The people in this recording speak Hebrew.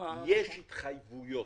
יש התחייבויות,